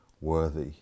worthy